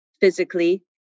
physically